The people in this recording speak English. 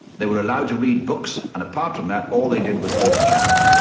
they were allowed to read books, and apart from that all they did was go to chapel.